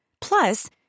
Plus